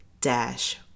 dash